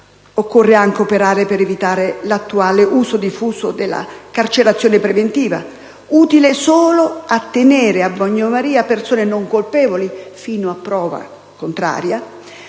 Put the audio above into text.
Occorre anche operare per evitare l'attuale uso diffuso delle carcerazioni preventive, utili solo a tenere a bagnomaria persone non colpevoli fino a prova contraria,